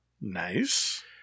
Nice